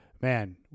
man